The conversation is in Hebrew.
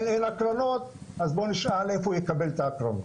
עדיין אין הקרנות אז בוא נשאל איפה הוא יקבל את ההקרנות,